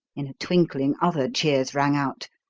in a twinkling other cheers rang out,